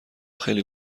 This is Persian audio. خیلی